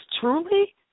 truly